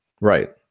right